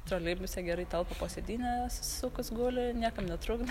troleibuse gerai telpa po sėdyne susisukus guli niekam netrukdo